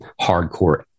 hardcore